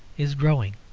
is growing.